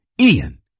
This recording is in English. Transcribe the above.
Ian